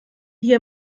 hier